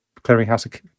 clearinghouse